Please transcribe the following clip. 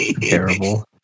Terrible